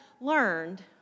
learned